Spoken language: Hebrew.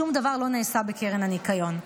שום דבר לא נעשה בקרן הניקיון.